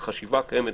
בחשיבה הקיימת,